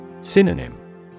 Synonym